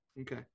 okay